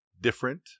different